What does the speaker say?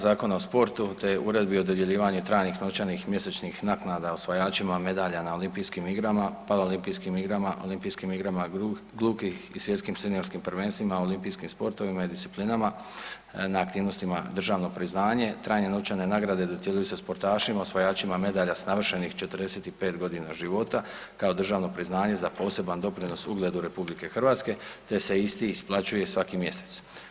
Zakona o sportu, te Uredbi o dodjeljivanju trajnih novčanih mjesečnih naknada osvajačima medalja na olimpijskim igrama, para olimpijskim igrama, olimpijskim igrama gluhih i svjetskim seniorskim prvenstvima u olimpijskim sportovima i disciplinama na aktivnostima državno priznanje, trajne novčane nagrade dodjeljuju se sportašima osvajačima medalja s navršenih 45.g. života kao državno priznanje za poseban doprinos ugledu RH, te se isti isplaćuje svaki mjesec.